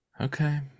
Okay